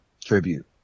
Tribute